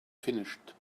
finished